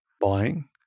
buying